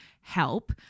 help